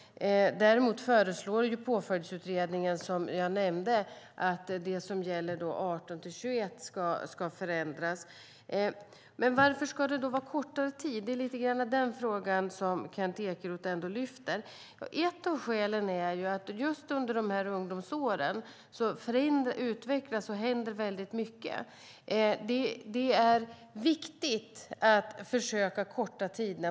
Däremot föreslår som jag nämnde Påföljdsutredningen att det som gäller för dem som är 18-21 år ska förändras. Varför ska det vara kortare tid? Det är lite grann den frågan som Kent Ekeroth lyfter fram. Ett av skälen är att just under ungdomsåren utvecklas människan, och det händer väldigt mycket. Det är viktigt att försöka korta tiderna.